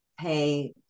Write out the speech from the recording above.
pay